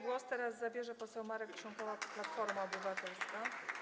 Głos teraz zabierze poseł Marek Krząkała, Platforma Obywatelska.